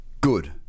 good